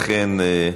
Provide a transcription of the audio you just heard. אכן,